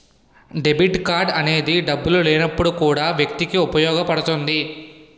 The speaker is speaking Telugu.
డెబిట్ కార్డ్ అనేది డబ్బులు లేనప్పుడు కూడా వ్యక్తికి ఉపయోగపడుతుంది